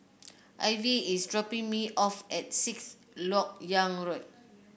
Ivy is dropping me off at Sixth LoK Yang Road